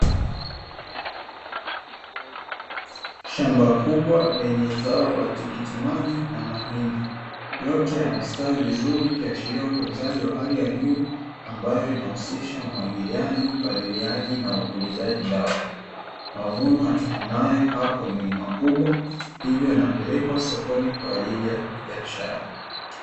Shamba kubwa lenye zao la tikiti maji na mahindi yote yamestawi vizuri ikiashiria utunzaji wa hali ya juu ambayo inahusisha umwagiliaji, upalililiaji pamoja na upulizaji dawa. Mavuno yatokayo hapo ni makubwa hivyo yanapelekwa sokoni kwa ajili ya biashara.